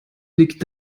liegt